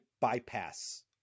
bypass